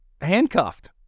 handcuffed